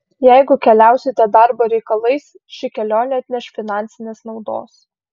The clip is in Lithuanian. jeigu keliausite darbo reikalais ši kelionė atneš finansinės naudos